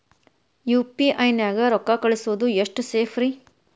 UPI ನ್ಯಾಗ ರೊಕ್ಕ ಕಳಿಸೋದು ಎಷ್ಟ ಸೇಫ್ ರೇ?